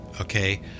okay